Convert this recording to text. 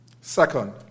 Second